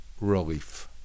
relief